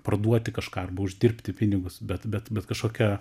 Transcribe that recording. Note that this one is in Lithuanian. parduoti kažką arba uždirbti pinigus bet bet bet kažkokia